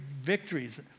victories